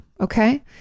Okay